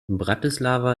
bratislava